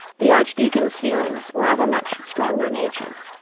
the archdeacon's feelings were of a much stronger nature.